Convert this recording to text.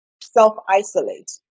self-isolate